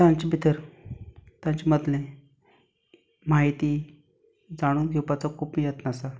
तांचे भितर तांचे मदलें म्हायती जाणून घेवपाचो खूब यत्न आसा